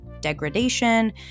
degradation